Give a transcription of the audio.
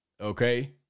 Okay